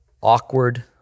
awkward